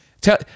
tell